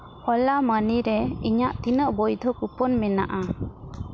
ᱳᱞᱟ ᱢᱟᱱᱤ ᱨᱮ ᱤᱧᱟᱹᱜ ᱛᱤᱱᱟᱹᱜ ᱵᱳᱭᱫᱷᱳ ᱠᱩᱯᱚᱱ ᱢᱮᱱᱟᱜᱼᱟ